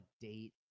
date